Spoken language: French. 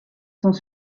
sont